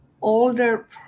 older